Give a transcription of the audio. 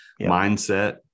mindset